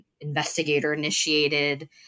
investigator-initiated